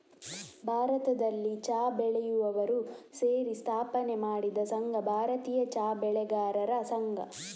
ಭಾರತದಲ್ಲಿ ಚಾ ಬೆಳೆಯುವವರು ಸೇರಿ ಸ್ಥಾಪನೆ ಮಾಡಿದ ಸಂಘ ಭಾರತೀಯ ಚಾ ಬೆಳೆಗಾರರ ಸಂಘ